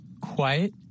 quiet